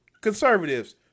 conservatives